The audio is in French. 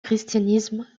christianisme